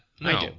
no